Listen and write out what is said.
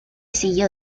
siguió